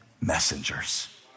messengers